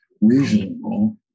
reasonable